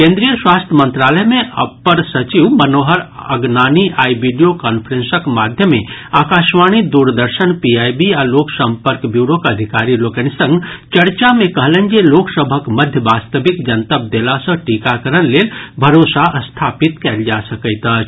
केन्द्रीय स्वास्थ्य मंत्रालय मे अपर सचिव मनोहर अगनानी आइ वीडियो कांफ्रेंसक माध्यमे आकाशवाणी दूरदर्शन पीआईबी आ लोक संपर्क ब्यूरोक अधिकारी लोकनि संग चर्चा मे कहलनि जे लोक सभक मध्य वास्तविक जनतब देला सँ टीकाकरण लेल भरोसा स्थापित कयल जा सकैत अछि